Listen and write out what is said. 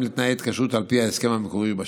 לתנאי ההתקשרות על פי ההסכם המקורי בשגרה.